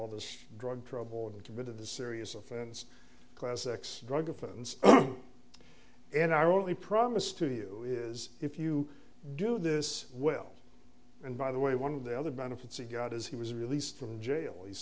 all this drug trouble into a bit of the serious offense classics drug offense and our only promise to you is if you do this well and by the way one of the other benefits he got is he was released from jail he's